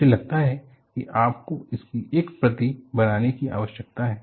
मुझे लगता है कि आपको इसकी एक प्रति बनाने की आवश्यकता है